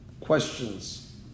questions